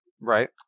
Right